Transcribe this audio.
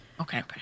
okay